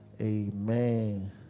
Amen